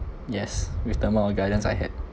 yes with the amount of guidance I had